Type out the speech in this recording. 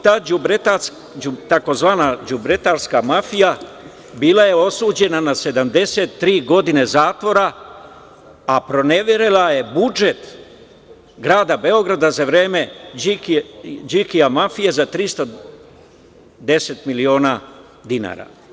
Ta tzv. „đubretarska mafija“ bila je osuđena na 73 godine zatvora, a proneverila je budžet grada Beograda za vreme Đikija mafije za 310 miliona dinara.